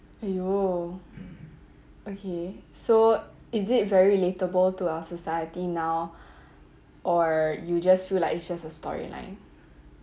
!aiyo! okay so is it very relatable to our society now or you just feel like it's just a storyline